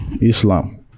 Islam